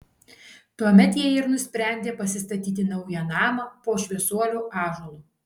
tuomet jie ir nusprendė pasistatyti naują namą po šviesuolių ąžuolu